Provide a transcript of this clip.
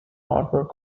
hardware